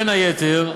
בין היתר,